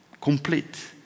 complete